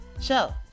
show